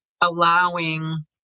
allowing